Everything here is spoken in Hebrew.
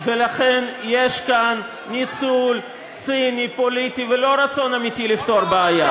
ולכן יש כאן ניצול ציני פוליטי ולא רצון אמיתי לפתור בעיה.